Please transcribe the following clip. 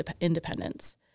independence